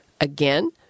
again